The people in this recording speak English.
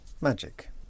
Magic